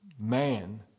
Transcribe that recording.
man